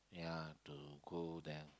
ya to go there